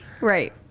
Right